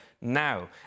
now